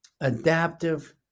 adaptive